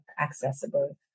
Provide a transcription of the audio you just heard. accessible